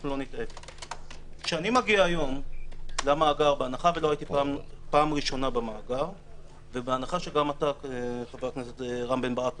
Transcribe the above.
כשאני מגיע היום למאגר בהנחה שזו הפעם הראשונה שלי וגם שלך - אני